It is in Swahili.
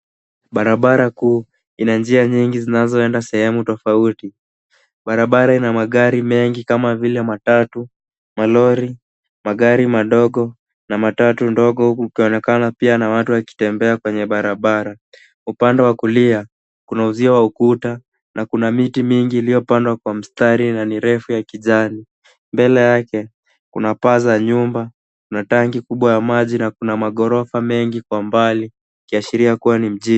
Barabara kuu ina njia nyingi zinazoenda sehemu tofauti. Barabara ina magari mengi kama vile matatu, malori, magari madogo na matatu ndogo kukionekana pia na watu wakitembea kwenye barabara. Upande wa kulia kuna uzio wa ukuta na kuna miti mingi iliyopandwa kwa mstari na ni redu ya kijani. Mbele yake kuna paa za nyumba na tangi kubwa ya maji na kuna ghorofa mengi kwa mbali ikiashiria kuwa ni mjini.